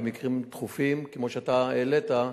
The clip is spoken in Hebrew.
על מקרים דחופים כמו שאתה העלית,